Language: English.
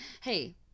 Hey